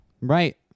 Right